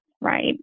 right